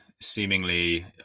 seemingly